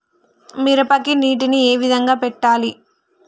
మిరపకి నీటిని ఏ విధంగా పెట్టాలి?